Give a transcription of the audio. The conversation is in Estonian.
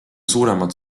suuremat